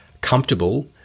comfortable